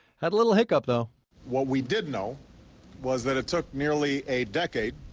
had a little hiccup, though what we did know was that it took nearly a decade,